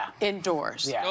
indoors